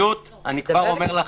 אני כבר אומר לכם,